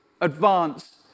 advance